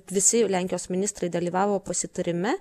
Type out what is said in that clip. visi jau lenkijos ministrai dalyvavo pasitarime